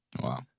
Wow